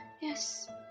Yes